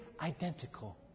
identical